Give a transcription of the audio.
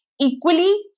equally